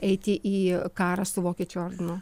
eiti į karą su vokiečių ordinu